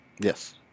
Yes